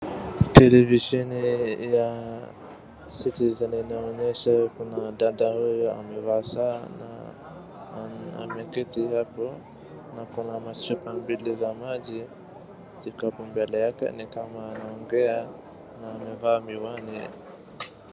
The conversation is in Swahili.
Televisheni ya Citizen inaonyesha kuna dada huyu amevaa saa na ameketi hapo na akona chupa mbili za maji ziko hapo mebel yake na nikama anaongea na amevaa miwani.